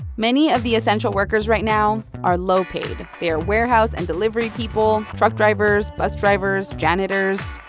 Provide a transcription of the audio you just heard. many of the essential workers right now are low-paid. they are warehouse and delivery people, truck drivers, bus drivers, janitors,